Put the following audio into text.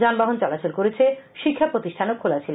যানবাহন চলাচল করেছেশিক্ষা প্রতিষ্ঠান খোলা ছিল